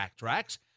Backtracks